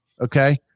Okay